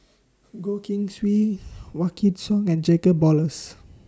Goh Keng Swee Wykidd Song and Jacob Ballas